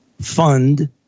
fund